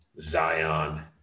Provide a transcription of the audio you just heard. Zion